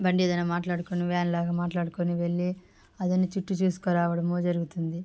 బండి ఏదన్న మాట్లాడుకొని వ్యాన్లాగా మాట్లాడుకొని వెళ్లి అదన్ని చుట్టూ చూసుకురావడము జరుగుతుంది